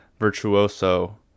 Virtuoso